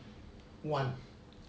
one